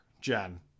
Jen